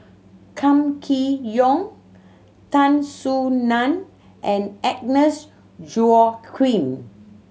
Kam Kee Yong Tan Soo Nan and Agnes Joaquim